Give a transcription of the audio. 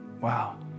Wow